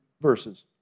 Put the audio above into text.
verses